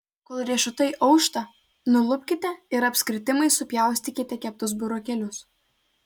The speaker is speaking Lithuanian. kol riešutai aušta nulupkite ir apskritimais supjaustykite keptus burokėlius